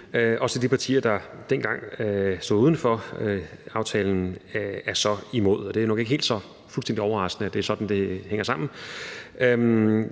– af de partier, der dengang stod uden for aftalen, så er imod, og det er nok ikke helt så overraskende, at det er sådan, det hænger sammen.